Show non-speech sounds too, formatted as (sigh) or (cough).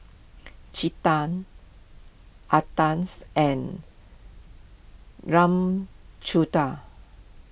Chetan (unintelligible) and Ramchundra